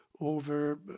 over